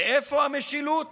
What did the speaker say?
ואיפה המשילות